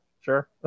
sure